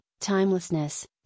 timelessness